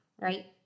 right